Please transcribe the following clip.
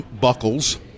buckles